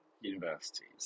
universities